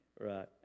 Right